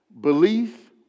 Belief